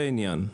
זה העניין.